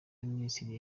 y’abaminisitiri